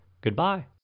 Goodbye